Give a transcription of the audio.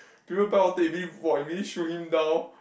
people buy water immediately !wah! immediately shoot him down